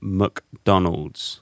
mcdonald's